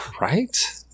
Right